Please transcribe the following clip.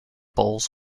bowls